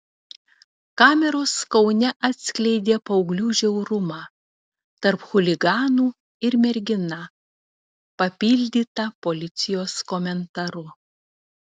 kameros kaune atskleidė paauglių žiaurumą tarp chuliganų ir mergina papildyta policijos komentaru